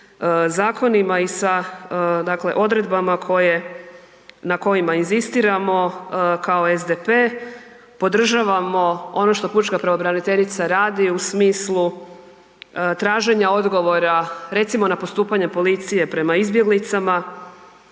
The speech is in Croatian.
zakonima i sa odredbama na kojima inzistiramo kao SDP. Podržavamo ono što pučka pravobraniteljica radi u smislu traženja odgovora, recimo na postupanje policije prema izbjeglicama,